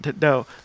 No